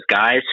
guys